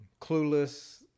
Clueless